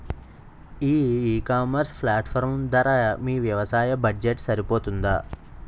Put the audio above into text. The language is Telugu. ఈ ఇకామర్స్ ప్లాట్ఫారమ్ ధర మీ వ్యవసాయ బడ్జెట్ సరిపోతుందా?